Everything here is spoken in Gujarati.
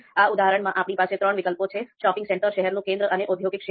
આ ઉદાહરણમાં આપણી પાસે ત્રણ વિકલ્પો છે શોપિંગ સેન્ટર શહેરનું કેન્દ્ર અને ઔદ્યોગિક ક્ષેત્ર